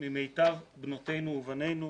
ממיטב בנותינו ובנינו,